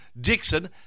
Dixon